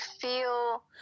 feel